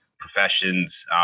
professions